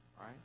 right